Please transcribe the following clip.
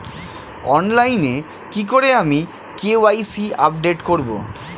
অনলাইনে কি করে আমি কে.ওয়াই.সি আপডেট করব?